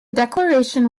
declaration